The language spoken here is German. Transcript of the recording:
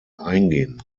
eingehen